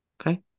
Okay